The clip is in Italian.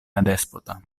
adespota